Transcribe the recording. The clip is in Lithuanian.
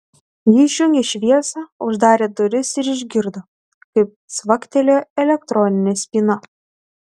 ji išjungė šviesą uždarė duris ir išgirdo kaip cvaktelėjo elektroninė spyna